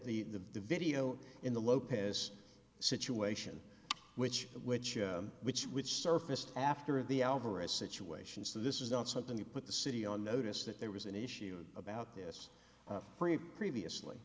at the video in the lopez situation which which which which surfaced after of the alvarez situation so this is not something you put the city on notice that there was an issue about this previously